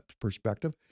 perspective